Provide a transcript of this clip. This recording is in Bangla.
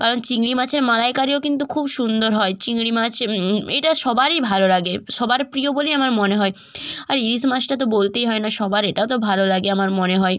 কারণ চিংড়ি মাছের মালাইকারিও কিন্তু খুব সুন্দর হয় চিংড়ি মাছ এইটা সবারই ভালো লাগে সবার প্রিয় বলেই আমার মনে হয় আর ইলিশ মাছটা তো বলতেই হয় না সবার এটা তো ভালো লাগে আমার মনে হয়